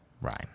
rhyme